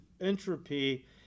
Entropy